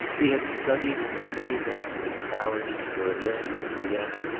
he had studied in geneva and in paris, berlin and vienna,